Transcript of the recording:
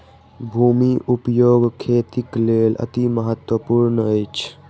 भूमि उपयोग खेतीक लेल अतिमहत्त्वपूर्ण अछि